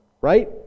right